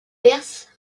perses